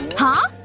huh?